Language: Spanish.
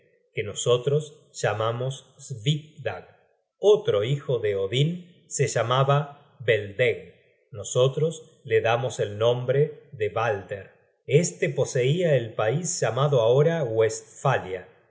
que nosotros llamamos svipdag otro hijo de odin se llamaba beldegg nosotros le damos el nombre de balder este poseia el pais llamado ahora